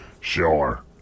Sure